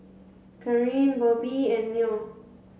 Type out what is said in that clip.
Corrie Bobbi and Noe